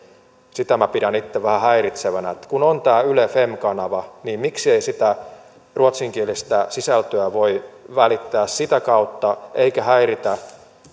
minä pidän itse vähän häiritsevänä kun on tämä yle fem kanava niin miksi ei sitä ruotsinkielistä sisältöä voi välittää sitä kautta sen sijaan että häiritään